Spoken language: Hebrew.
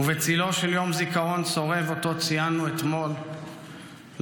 ובצילו של יום זיכרון צורב שאותו ציינו אתמול לחיילי